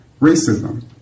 racism